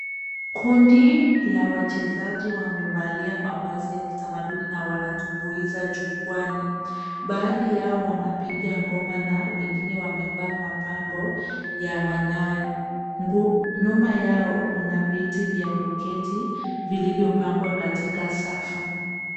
Kundi la wachezaji wamevalia mavazi ya kitamaduni na wanatumbuiza jukwaani. Baadhi yao wanapiga ngoma na wengine wamevaa mapambo ya manyoya. Nyuma yao kuna viti vya kuketi vilivyopangwa katika safu.